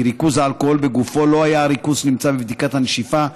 כי ריכוז האלכוהול בגופו לא היה הריכוז שנמצא בבדיקת הנשיפה,